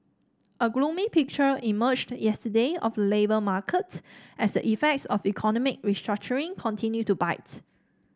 a gloomy picture emerged yesterday of the labour market as the effects of economic restructuring continue to bite